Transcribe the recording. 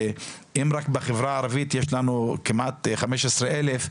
אם רק בחברה הערבית יש לנו כמעט חמישה עשר אלף,